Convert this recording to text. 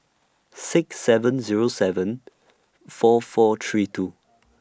six seven Zero seven four four three two